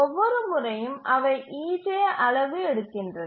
ஒவ்வொரு முறையும் அவை ej அளவு எடுக்கின்றன